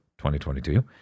2022